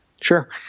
sure